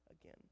again